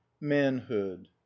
manhood